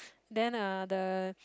then uh the